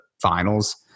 finals